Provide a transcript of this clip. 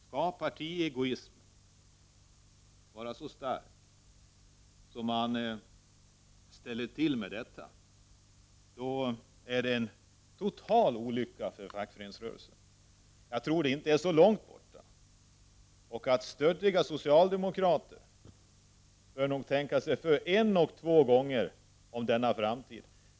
Skall partiegoismen vara så stark att man ställer till med detta — då är det en total olycka för fackföreningsrörelsen. Jag tror att den olyckan inte är så långt borta. Stöddiga socialdemokrater bör nog tänka sig för både en och två gånger när det gäller denna framtid.